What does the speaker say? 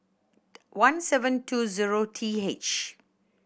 one seven two zero T H